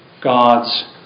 God's